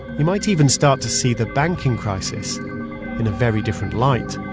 you might even start to see the banking crisis in a very different light